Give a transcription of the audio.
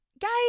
Guys